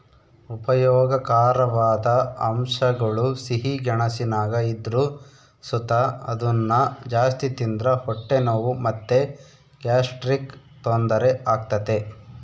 ಉಪಯೋಗಕಾರವಾದ ಅಂಶಗುಳು ಸಿಹಿ ಗೆಣಸಿನಾಗ ಇದ್ರು ಸುತ ಅದುನ್ನ ಜಾಸ್ತಿ ತಿಂದ್ರ ಹೊಟ್ಟೆ ನೋವು ಮತ್ತೆ ಗ್ಯಾಸ್ಟ್ರಿಕ್ ತೊಂದರೆ ಆಗ್ತತೆ